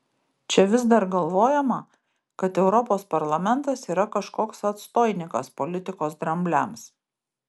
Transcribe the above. čia vis dar galvojama kad europos parlamentas yra kažkoks atstoinikas politikos drambliams